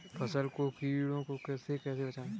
फसल को कीड़ों से कैसे बचाएँ?